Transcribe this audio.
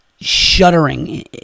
shuddering